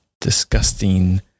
disgusting